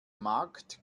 markt